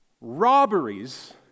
robberies